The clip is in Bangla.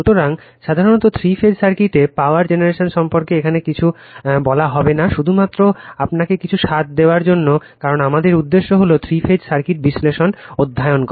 সুতরাং সাধারণত থ্রি ফেজ সার্কিটে পাওয়ার জেনারেশন সম্পর্কে এখানে কিছু বলা হবে না শুধুমাত্র আপনাকে কিছু স্বাদ দেওয়ার জন্য কারণ আমাদের উদ্দেশ্য হল তিন ফেজ সার্কিট বিশ্লেষণ অধ্যয়ন করা